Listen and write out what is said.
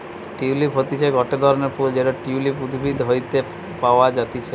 tulip হতিছে গটে ধরণের ফুল যেটা টিউলিপ উদ্ভিদ হইতে পাওয়া যাতিছে